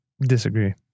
Disagree